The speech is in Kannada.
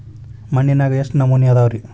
ಮಣ್ಣಿನಾಗ ಎಷ್ಟು ನಮೂನೆ ಅದಾವ ರಿ?